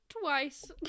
twice